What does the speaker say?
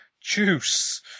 Juice